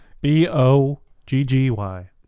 B-O-G-G-Y